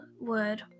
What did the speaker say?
word